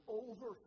over